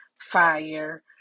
fire